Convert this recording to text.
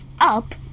Up